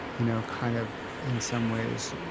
you know, kind of, in some ways,